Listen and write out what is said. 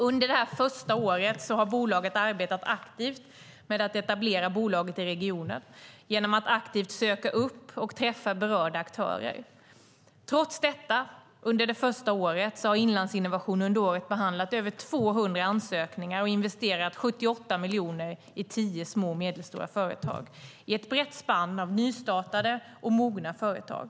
Under detta första år har bolaget arbetat aktivt med att etablera bolaget i regionen genom att aktivt söka upp och träffa berörda aktörer. Trots detta har Inlandsinnovation under detta första år behandlat över 200 ansökningar och investerat 78 miljoner i tio små och medelstora företag i ett brett spann av nystartade och mogna företag.